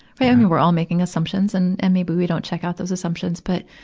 i mean, we're all making assumptions and, and maybe we don't check out those assumptions. but,